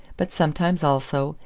but sometimes, also,